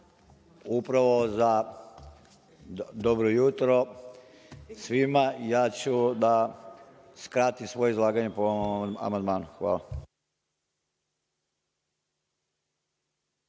upravo za dobro jutro, ja ću da skratim svoje izlaganje po ovom amandmanu. Hvala